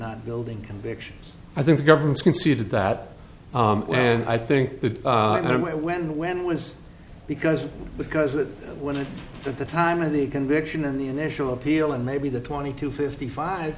not building convictions i think the government's conceded that and i think the moment when when was because because it when it at the time of the conviction and the initial appeal and maybe the twenty to fifty five